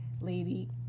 Lady